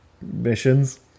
missions